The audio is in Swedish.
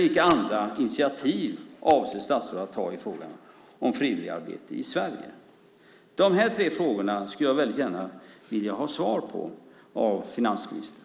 Vilka andra initiativ avser statsrådet att ta i frågan om frivilligarbete i Sverige? De här tre frågorna skulle jag väldigt gärna vilja ha svar på av finansministern.